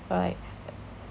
right